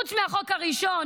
חוץ מהחוק הראשון,